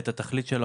את התכלית של החוק.